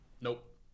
Nope